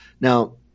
Now